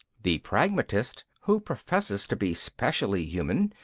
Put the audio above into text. the pragmatist, who professes to be specially human,